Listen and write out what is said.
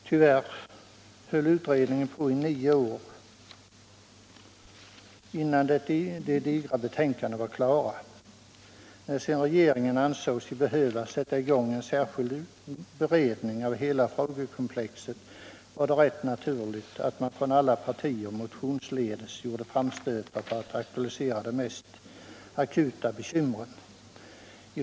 Tyvärr höll utredningen på i nio år innan de digra betänkandena var När sedan regeringen ansåg sig behöva sätta i gång en särskild beredning av hela frågekomplexet, var det rätt naturligt att man från alla partier motionsledes gjorde framstötar för att aktualisera de mest akuta bekymren.